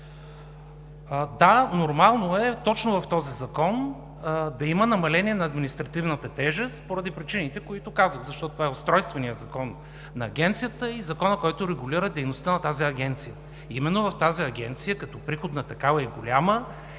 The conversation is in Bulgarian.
Да, нормално е точно в този Закон да има намаление на административната тежест поради причините, които казах, защото това е устройственият закон на Агенцията и законът, който регулира дейността на тази агенция. Именно в тази агенция, като голяма и приходна такава, има